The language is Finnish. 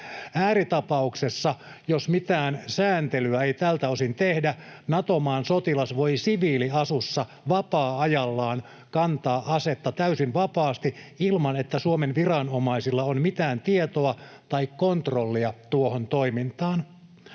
Ääritapauksessa, jos mitään sääntelyä ei tältä osin tehdä, Nato-maan sotilas voi siviiliasussa vapaa-ajallaan kantaa asetta täysin vapaasti ilman, että Suomen viranomaisilla on mitään tietoa tai kontrollia tuohon toimintaan.